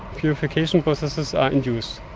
purification processes are induced.